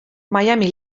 miami